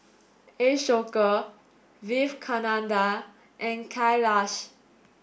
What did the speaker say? Ashoka Vivekananda and Kailash